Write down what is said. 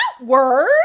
word